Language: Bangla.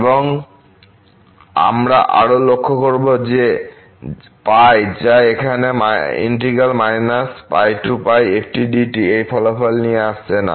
এবং আমরা আরো লক্ষ্য করবো যে π যা এখানে এই ফলাফল নিয়ে আসছে না